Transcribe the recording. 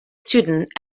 student